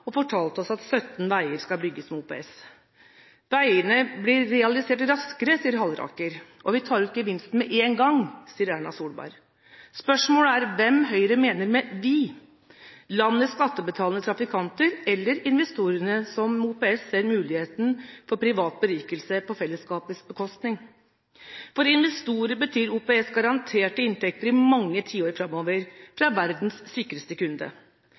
og fortalte oss at 17 veier skal bygges med OPS. Veiene blir realisert raskere, sier Halleraker. Vi tar ut gevinsten med en gang, sier Erna Solberg. Spørsmålet er hvem Høyre mener med «vi»: Landets skattebetalende trafikanter, eller investorene som med OPS ser muligheten for privat berikelse på fellesskapets bekostning? For investorer betyr OPS garanterte inntekter i mange tiår framover, fra verdens sikreste kunde.